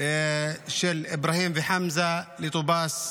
של איברהים וחמזה לטובאס,